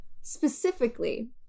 specifically